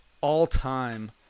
all-time